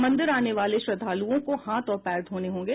मंदिर आने वाले श्रद्धालुओं को हाथ और पैर धोने होंगे